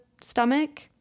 stomach